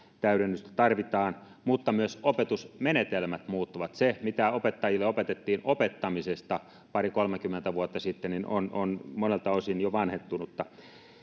täydennystä tarvitaan mutta myös opetusmenetelmät muuttuvat se mitä opettajille opetettiin opettamisesta pari kolmekymmentä vuotta sitten on on monelta osin jo vanhettunutta